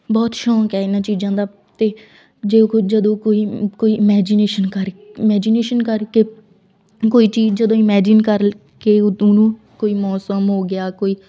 ਬਹੁਤ ਸ਼ੌਕ ਹੈ ਇਹਨਾਂ ਚੀਜ਼ਾਂ ਦਾ ਅਤੇ ਜੋ ਕੁਝ ਜਦੋਂ ਕੋਈ ਕੋਈ ਇਮੈਜੀਨੇਸ਼ਨ ਕਰ ਇਮੈਜੀਨੇਸ਼ਨ ਕਰਕੇ ਕੋਈ ਚੀਜ਼ ਜਦੋਂ ਇਮੈਜੀਨ ਕਰਕੇ ਉਦੋਂ ਉਹਨੂੰ ਕੋਈ ਮੌਸਮ ਹੋ ਗਿਆ ਕੋਈ